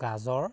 গাজৰ